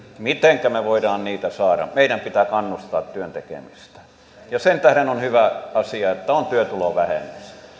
mitenkä me voimme niitä saada meidän pitää kannustaa työn tekemiseen ja sen tähden on hyvä asia että on työtulovähennys